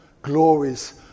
glories